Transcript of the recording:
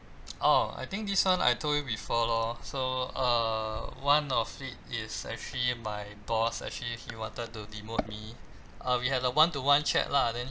oh I think this one I told you before lor so err one of it is actually my boss actually he wanted to demote me uh we had a one to one chat lah then